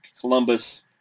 Columbus